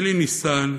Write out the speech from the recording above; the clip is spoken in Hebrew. אלי ניסן,